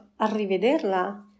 Arrivederla